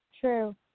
True